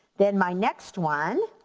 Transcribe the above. then my next one